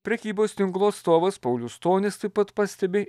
prekybos tinklų atstovas paulius stonis taip pat pastebi